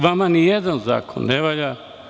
Vama nijedan zakon ne valja.